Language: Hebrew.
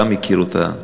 אתה מכיר אותה,